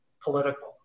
political